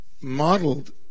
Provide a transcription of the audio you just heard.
modeled